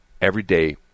everyday